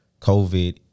COVID